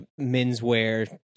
menswear